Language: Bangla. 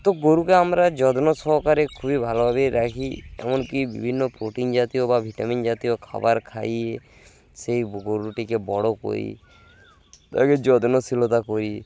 তো গরুকে আমরা যত্ন সহকারে খুবই ভালোভাবেই রাখি এমনকি বিভিন্ন প্রোটিন জাতীয় বা ভিটামিন জাতীয় খাবার খাইয়ে সেই গরুটিকে বড়ো করি তাকে যত্নশীলতা করি